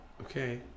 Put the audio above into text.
Okay